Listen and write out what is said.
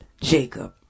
Jacob